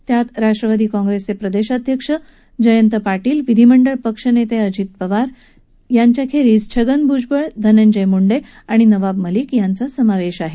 त्यात राष्ट्रवादी काँग्रेसचे प्रदेशाध्यक्ष जयंत पाटील विधीमंडळ पक्षनेते अजित पवार छगन भूजबळ धनंजय मुंडे आणि नवाब मलिक यांचा समावेश आहे